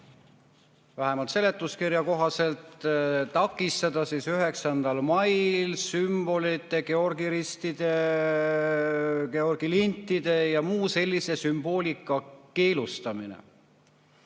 vähemalt seletuskirja kohaselt takistada 9. mail sümbolite – Georgi ristide, Georgi lintide ja muu sellise sümboolika [kasutamist].